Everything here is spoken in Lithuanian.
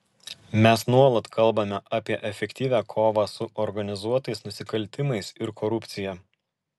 mes nuolat kalbame apie efektyvią kovą su organizuotais nusikaltimais ir korupcija